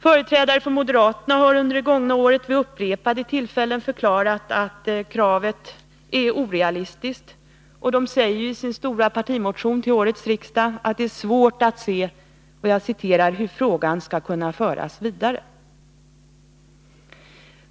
Företrädare för moderaterna har under det gångna året vid upprepade tillfällen förklarat att kravet på en sådan zon är orealistiskt, och de förklarar i sin stora partimotion till årets riksdag att det är svårt att se ”hur frågan skall kunna föras vidare”.